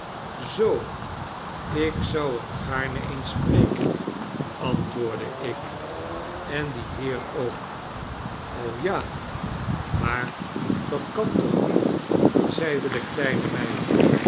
zoo ik zou hem gaarne eens spreken antwoordde ik en die heer ook w o ja maar dat kan toch niet zeide de kleine meid